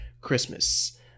Christmas